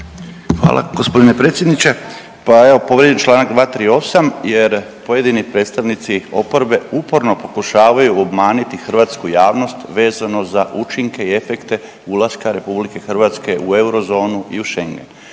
Hvala gospodine predsjedniče. Pa povrijeđen je Članak 238., jer pojedini predstavnici oporbe uporno pokušavaju obmaniti hrvatsku javnost vezano za učinke i efekte ulaska RH u eurozonu i Schengen.